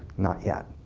not yet.